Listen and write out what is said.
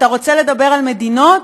אתה רוצה לדבר על מדינות?